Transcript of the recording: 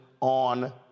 on